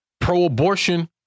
pro-abortion